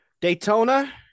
Daytona